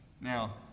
Now